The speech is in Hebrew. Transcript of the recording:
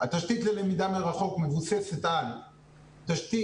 - התשתית ללמידה מרחוק מבוססת על תשתית